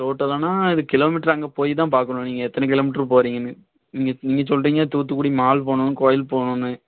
டோட்டலானா இது கிலோமீட்டர் அங்கே போய் தான் பார்க்கணும் நீங்கள் எத்தனை கிலோமீட்டர் போறீங்கன்னு நீங்கள் நீங்கள் சொல்கிறீங்க தூத்துக்குடி மால் போகணும் கோவில் போகணுன்னு